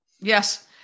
Yes